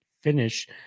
finish